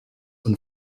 und